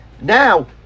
now